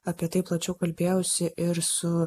apie tai plačiau kalbėjausi ir su